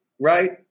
Right